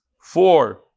Four